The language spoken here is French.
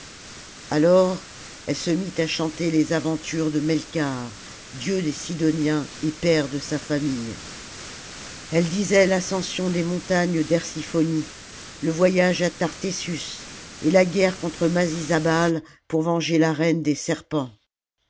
alors elle se mit à chanter les aventures de melkarth dieu des sidoniens et père de sa famille elle disait l'ascension des montagnes d'ersiphonie le voyage de tartessus et la guerre contre masisabal pour venger la reine des serpents